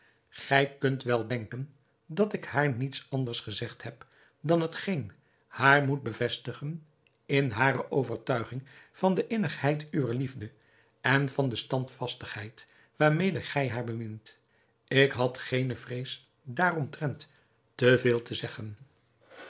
gij kunt wel denken dat ik haar niets anders gezegd heb dan hetgeen haar moet bevestigen in hare overtuiging van de innigheid uwer liefde en van de standvastigheid waarmede gij haar bemint ik had geene vrees daaromtrent te veel te zeggen